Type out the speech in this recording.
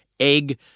Egg